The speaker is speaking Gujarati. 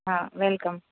હા વેલકમ